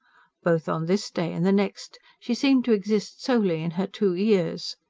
both on this day and the next she seemed to exist solely in her two ears.